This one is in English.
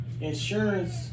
insurance